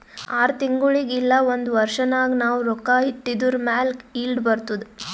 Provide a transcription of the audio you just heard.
R ತಿಂಗುಳಿಗ್ ಇಲ್ಲ ಒಂದ್ ವರ್ಷ ನಾಗ್ ನಾವ್ ರೊಕ್ಕಾ ಇಟ್ಟಿದುರ್ ಮ್ಯಾಲ ಈಲ್ಡ್ ಬರ್ತುದ್